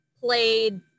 played –